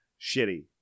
Shitty